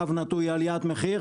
קו נטוי עליית מחיר,